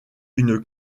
une